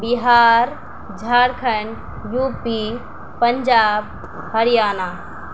Bihar Jharkhand UP Punjab Haryana